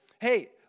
hey